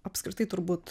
apskritai turbūt